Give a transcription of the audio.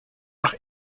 nach